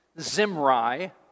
Zimri